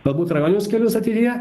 galbūt rajoninius kelius ateityje